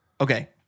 Okay